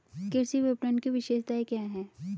कृषि विपणन की विशेषताएं क्या हैं?